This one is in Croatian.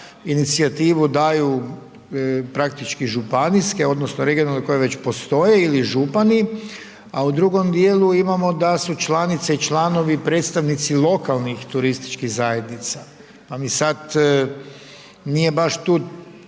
inicijativu daju praktički županijske, odnosno regionalne koje već postoje ili župani a u drugom dijelu imamo da su članice i članovi predstavnici lokalnih turističkih zajednica pa mi sad nije baš tu